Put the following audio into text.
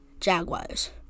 Jaguars